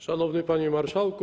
Szanowny Panie Marszałku!